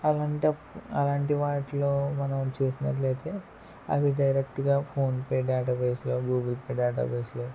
అలాంటప్పు అలాంటి వాటిలో మనం చేసినట్లయితే అవి డైరెక్ట్గా ఫోన్పే డేటా బేస్లో గూగుల్ పే డేటా బేస్లో